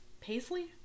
Paisley